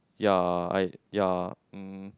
ya I ya mm